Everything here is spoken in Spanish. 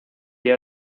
día